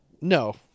No